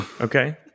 Okay